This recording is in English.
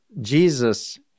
Jesus